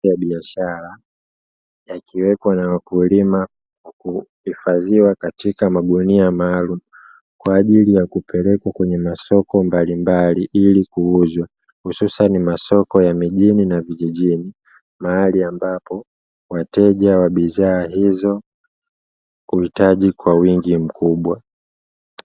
Mazao ya biashara yakiwekwa na wakulima na kuhifadhia katika magunia maalumu kwa ajili ya kupelekwa kwenye masoko mbalimbali, ili kuuzwa hususan masoko ya mijini na vijijini, mahali ambapo wateja wa bidhaa hizo huhitaji kwa wingi mkubwa.